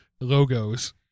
logos